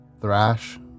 Thrash